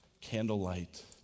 candlelight